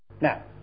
Now